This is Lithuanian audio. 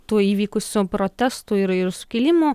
tų įvykusių protestų ir ir sukilimų